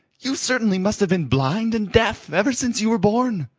you certainly must have been blind and deaf ever since you were born.